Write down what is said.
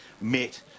met